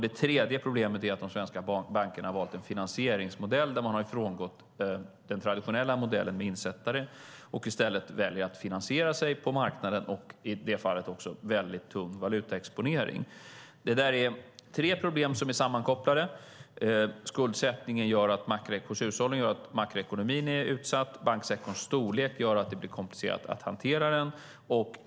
Det tredje problemet är att de svenska bankerna har valt en finansieringsmodell där de har frångått den traditionella modellen med insättare och i stället har valt att finansiera sig på marknaden - och i det fallet med en tung valutaexponering. Det är tre problem som är sammankopplande. Skuldsättningen hos hushållen gör att makroekonomin är utsatt. Banksektorns storlek gör att det blir komplicerat att hantera den.